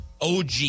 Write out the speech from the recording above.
OG